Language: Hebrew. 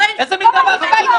רק שנבין את הפרופורציות.